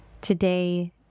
Today